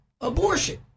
abortion